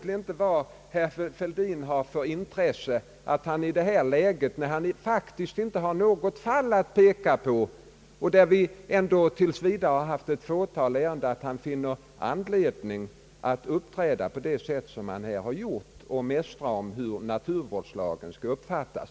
I detta läge, då herr Fälldin faktiskt inte har något fall att peka på och då vi hittills haft endast ett fåtal ärenden i denna fråga, förstår jag inte att han finner anledning att uppträda på det sätt som han här har gjort och mästra om hur naturvårdslagen skall uppfattas.